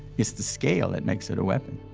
it's the scale that makes it a weapon.